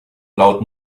laut